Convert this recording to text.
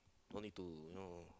no need to you know